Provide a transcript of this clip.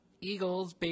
eagles